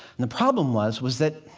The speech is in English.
and the problem was was that